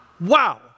wow